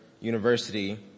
University